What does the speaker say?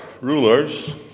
rulers